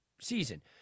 season